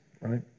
right